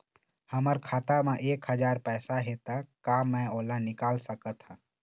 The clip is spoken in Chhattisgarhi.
हमर खाता मा एक हजार पैसा हे ता का मैं ओला निकाल सकथव?